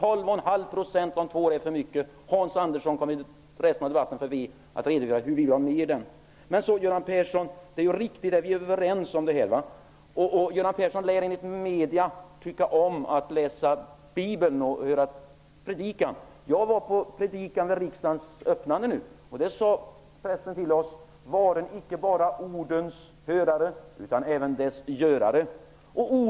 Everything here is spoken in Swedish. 12,5 % om två år är för mycket. Hans Andersson kommer i den fortsatta debatten att redogöra för hur vi i Vänsterpartiet vill få ned arbetslösheten. Enligt medierna lär Göran Persson tycka om att läsa Bibeln och höra predikan. Jag hörde på predikan vid riksmötets öppnande, och då sade prästen till oss: Varen icke bara ordets hörare, utan även dess görare.